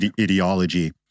ideology